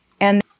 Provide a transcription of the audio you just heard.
And-